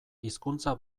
hizkuntza